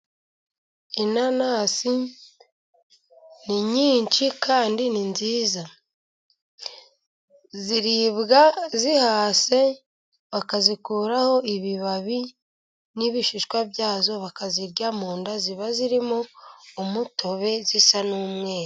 Inanasi ni nyinshi kandi ni nziza, ziribwa zihase bakazikuraho ibibabi n'ibishishwa byazo, bakazirya mu nda ziba zirimo umutobe, zisa n'umweru.